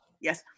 Yes